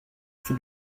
sur